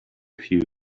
few